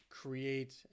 create